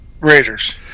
Raiders